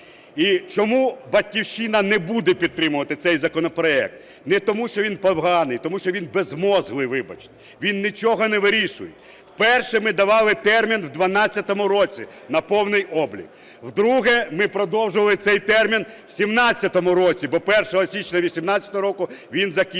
І чому "Батьківщина" не буде підтримувати цей законопроект? Не тому, що він поганий, тому що він безмозглый, вибачте, він нічого не вирішує. Вперше ми давали термін в 12-му році на повний облік. Вдруге ми продовжили цей термін в 17-му році, бо 1 січня 18-го року він закінчувався.